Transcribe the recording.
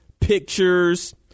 pictures